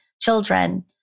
children